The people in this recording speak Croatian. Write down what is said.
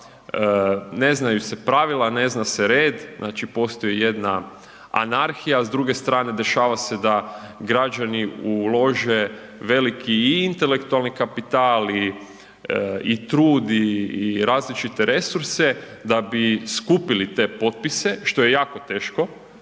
ne znaju se pravila, ne zna se red, znači postoji jedna anarhija, a s druge strane dešava se da građani ulože veliki i intelektualni kapital i trud i različite resurse da bi skupili te potpise što je jako teško,